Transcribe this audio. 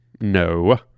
no